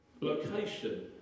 Location